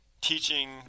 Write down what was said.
teaching